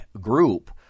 group